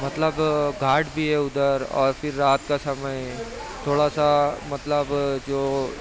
مطلب گھاٹ بھی ہے ادھر اور پھر رات کا سمے تھوڑا سا مطلب جو